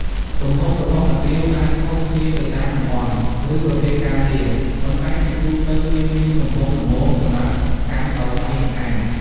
ទំហំរបស់កណ្ដៀវអាចខុសគ្នាទៅតាមតំបន់ ឬប្រភេទការងារ ប៉ុន្តែជាទូទៅវាមានទំហំល្មមសម្រាប់កាន់ដោយដៃម្ខាង។